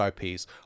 IPs